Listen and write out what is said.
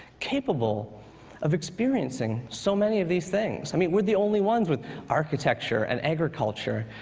capable of experiencing so many of these things. i mean, we're the only ones with architecture and agriculture.